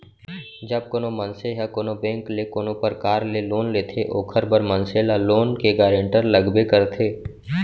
जब कोनो मनसे ह कोनो बेंक ले कोनो परकार ले लोन लेथे ओखर बर मनसे ल लोन के गारेंटर लगबे करथे